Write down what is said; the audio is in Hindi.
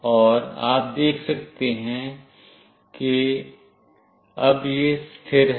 और आप देख सकते हैं कि अब यह स्थिर है